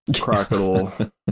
crocodile